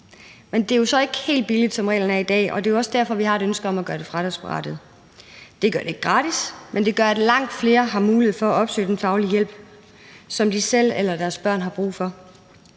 Men det er jo så ikke helt billigt, som reglerne er i dag. Det er jo også derfor, vi har et ønske om at gøre det fradragsberettiget. Det gør det ikke gratis, men det gør, at langt flere har mulighed for at opsøge den faglige hjælp, som de selv eller deres børn har brug for.